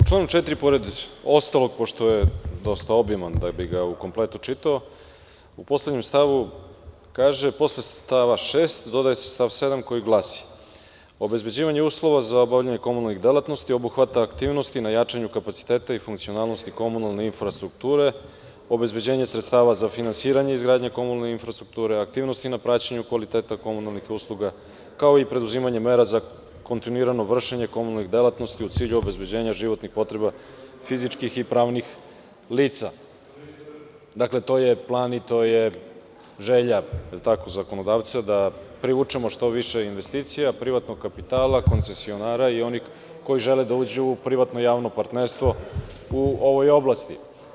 U članu 4, pored ostalog, pošto je dosta obiman da bi ga u kompletu čitao, u poslednjem stavu kaže: „Posle stava 6. dodaje se stav 7. koji glasi – obezbeđivanje uslova za obavljanje komunalnih delatnosti obuhvata aktivnosti na jačanju kapaciteta i funkcionalnosti komunalne infrastrukture, obezbeđenje sredstava za finansiranje, izgradnja komunalne infrastrukture, aktivnosti na praćenju kvaliteta komunalnih usluga, kao i preduzimanje mera za kontinuirano vršenje komunalnih delatnosti u cilju obezbeđenja životnih potreba fizičkih i pravnih lica.“ Dakle, to je plan i to je želja zakonodavca da privučemo što više investicija, privatnog kapitala, koncesionara i onih koji žele da uđu u privatno javno partnerstvo u ovoj oblasti.